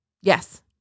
Yes